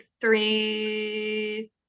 three